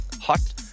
hot